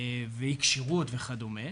אי כשירות וכדומה,